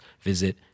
visit